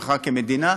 ברכה כמדינה.